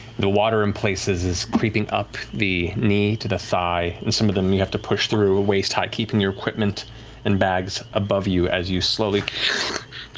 the water, in places, is creeping up the knee to the thigh, and some of them, you have to push through waist-high, keeping your equipment in bags above you, as you slowly